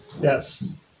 yes